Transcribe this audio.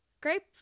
grape